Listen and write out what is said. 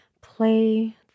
play